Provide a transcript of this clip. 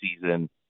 season